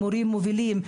מורים מובילים,